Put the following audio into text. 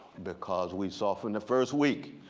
because, we saw from the first week,